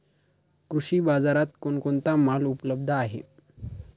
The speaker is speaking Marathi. कृषी बाजारात कोण कोणता माल उपलब्ध आहे?